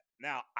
Now